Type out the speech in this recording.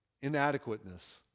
inadequateness